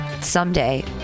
someday